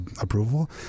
approval